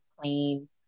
clean